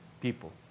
people